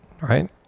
right